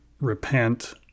repent